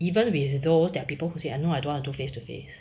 even with those there are people who say I know I don't want to face to face